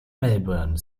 melbourne